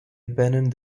abandoned